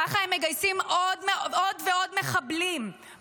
ככה הם מגייסים עוד ועוד מחבלים,